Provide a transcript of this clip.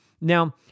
Now